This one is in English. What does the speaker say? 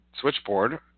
switchboard